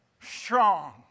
strong